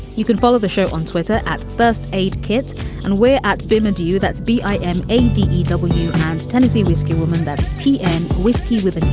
you can follow the show on twitter at first aid kits and we're at fema do you. that's b i am a w and tennessee whiskey woman that's t n whiskey with a